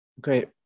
great